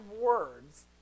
words